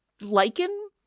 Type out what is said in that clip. lichen